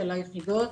של היחידות.